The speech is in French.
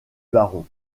baron